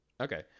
Okay